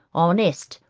honest,